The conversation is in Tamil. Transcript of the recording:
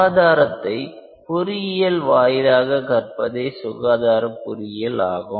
சுகாதாரத்தை பொறியியல் வாயிலாக கற்பதே சுகாதார பொறியியல் ஆகும்